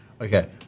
Okay